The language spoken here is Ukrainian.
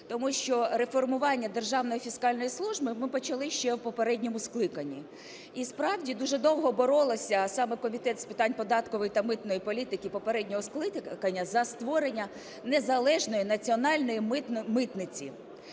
Тому що реформування Державної фіскальної служби ми почали ще в попередньому скликанні. І, справді, дуже довго боролися, саме Комітет з податкової та митної політики попереднього скликання, за створення незалежної національної митниці.